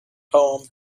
poem